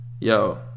Yo